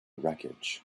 wreckage